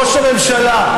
ראש הממשלה,